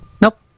Nope